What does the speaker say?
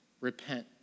Repent